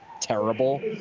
terrible